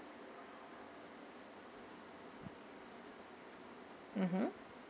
mmhmm